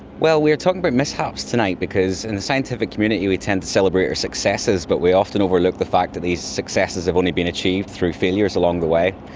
well, we are talking about mishaps tonight because in the scientific community we tend to celebrate our successes, but we often overlook the fact that these successes have only been achieved through failures along the way.